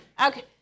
Okay